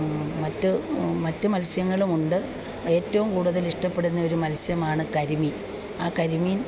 മറ്റ് മറ്റ് മത്സ്യങ്ങളുമുണ്ട് ഏറ്റവും കൂടുതൽ ഇഷ്ടപ്പെടുന്ന ഒരു മത്സ്യമാണ് കരിമീൻ ആ കരിമീൻ